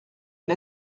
une